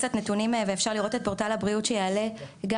אציג קצת נתונים ואפשר לראות את פורטל הבריאות שיעלה גם